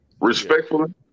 respectfully